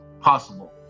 possible